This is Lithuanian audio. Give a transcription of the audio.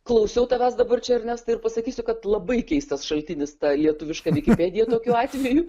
klausiau tavęs dabar čia ernesta ir pasakysiu kad labai keistas šaltinis ta lietuviška vikipedija tokiu atveju